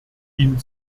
ihn